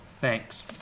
Thanks